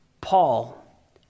Paul